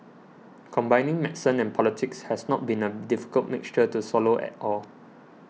combining medicine and politics has not been a difficult mixture to swallow at all